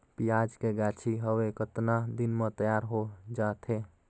पियाज के गाछी हवे कतना दिन म तैयार हों जा थे?